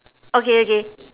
okay okay